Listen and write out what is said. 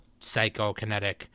psychokinetic